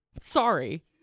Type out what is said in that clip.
Sorry